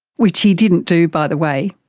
which he didn't do, by the way.